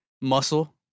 Muscle